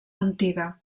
antiga